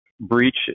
breach